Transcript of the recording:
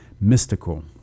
mystical